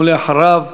ואחריו,